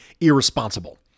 irresponsible